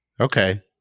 Okay